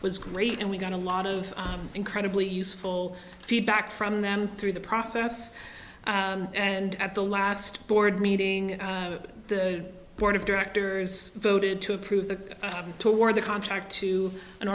was great and we got a lot of incredibly useful feedback from them through the process and at the last board meeting the board of directors voted to approve the toward the contract to an